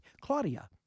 Claudia